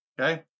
okay